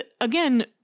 again